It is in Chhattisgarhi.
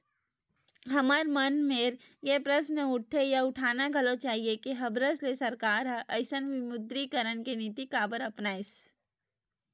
हमर मन मेर ये प्रस्न उठथे या उठाना घलो चाही के हबरस ले सरकार ह अइसन विमुद्रीकरन के नीति काबर अपनाइस?